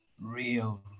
real